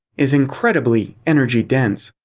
is incredibly energy dense.